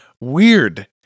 weird